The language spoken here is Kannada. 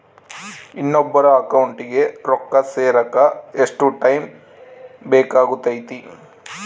ಇನ್ನೊಬ್ಬರ ಅಕೌಂಟಿಗೆ ರೊಕ್ಕ ಸೇರಕ ಎಷ್ಟು ಟೈಮ್ ಬೇಕಾಗುತೈತಿ?